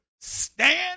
stand